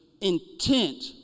intent